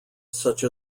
such